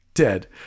dead